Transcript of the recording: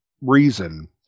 reason